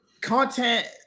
content